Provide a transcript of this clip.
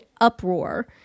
uproar